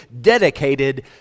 dedicated